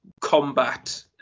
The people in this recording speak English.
combat